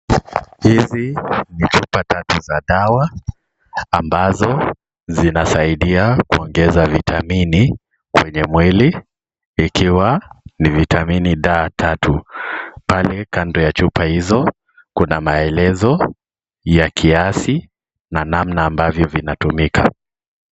Hizi, ni chupa tatu za dawa, ambazo, zinasaidia kuongeza vitamini, kqenye mwili, ikiwa, ni vitamini D3, pale kando ya chupa hizo kuna maelezo, ya kiasi, na namna ambavyo zinatumika.